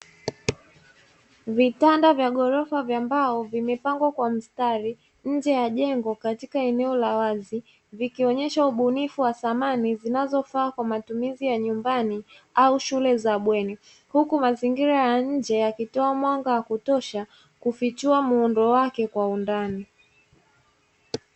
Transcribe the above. Vitanda vya ghorofa vya mbao vimepangwa kwa mstari nje ya jengo katika eneo la wazi vikionyesha ubunifu wa samani zinazofaa kwa matumizi ya nyumbani au shule za bweni huku mazingira ya nje yakitoa mwanga wa kutosha kufichua muundo wake kwa undani.